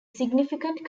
significant